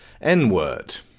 N-word